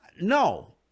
No